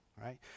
Right